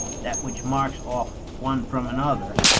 that which marks off one from another,